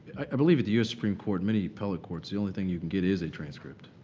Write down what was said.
i believe at the us supreme court many appellate courts, the only thing you can get is a transcript.